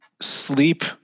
sleep